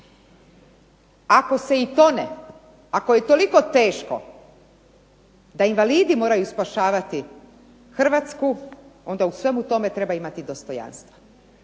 Ako se i tone, ako je toliko teško da invalidi moraju spašavati Hrvatsku onda u svemu tome treba imati dostojanstva.